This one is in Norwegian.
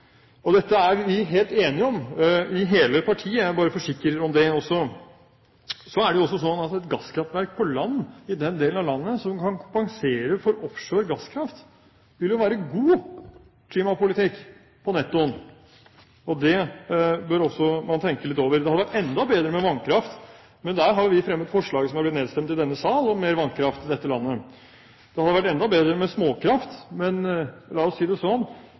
Og dette er vi helt enige om i hele partiet. Jeg bare forsikrer om det også. Så er det også sånn at et gasskraftverk på land i den delen av landet som kan kompensere for offshore gasskraft, vil være god klimapolitikk på nettoen. Det bør man også tenke litt over. Det hadde vært enda bedre med vannkraft, men vi har fremmet forslag, som har blitt nedstemt i denne sal, om mer vannkraft i dette landet. Det hadde vært enda bedre med småkraft, men la oss si det sånn,